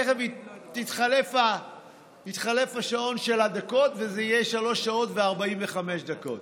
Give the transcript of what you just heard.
תכף יתחלף השעון של הדקות וזה יהיה שלוש שעות ו-45 דקות,